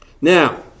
Now